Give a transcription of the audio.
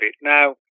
Now